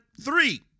three